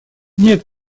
нет